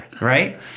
right